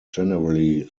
generally